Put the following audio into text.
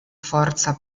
forza